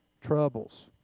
troubles